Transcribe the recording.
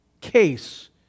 case